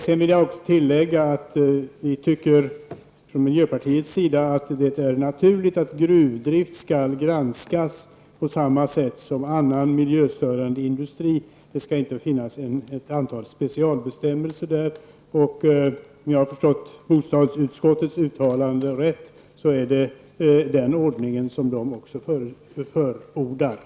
Jag vill också tillägga att vi från miljöpartiets sida tycker att det är naturligt att gruvdrift skall granskas på samma sätt som annan miljöstörande industri. Det skall inte finnas ett antal specialbestämmelser för det området. Om jag har förstått bostadsutskottets uttalande rätt förordar man just den ordningen.